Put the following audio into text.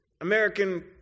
American